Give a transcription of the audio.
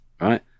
right